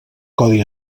codi